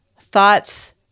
thoughts